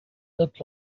looked